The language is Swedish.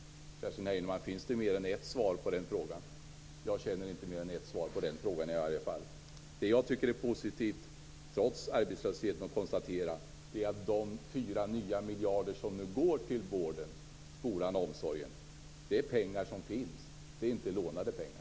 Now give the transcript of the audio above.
Finns det mer än ett svar på den frågan? Jag känner i varje fall inte mer än ett svar på den frågan. Det jag tycker är positivt, trots arbetslösheten, är att de fyra nya miljarder som nu går till vården, skolan och omsorgen redan finns. Det är inte lånade pengar.